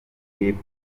with